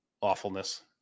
awfulness